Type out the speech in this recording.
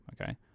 Okay